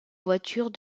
voitures